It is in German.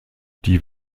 die